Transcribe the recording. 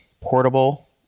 portable